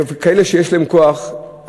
וכאלה שיש להם כוח,